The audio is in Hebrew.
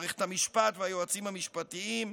מערכת המשפט והיועצים המשפטיים,